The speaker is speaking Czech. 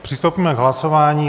Přistoupíme k hlasování.